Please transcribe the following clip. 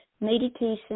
Meditation